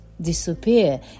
disappear